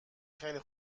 خیلی